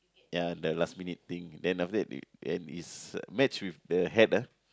ya the last minute thing then after that they then is match with the hat ah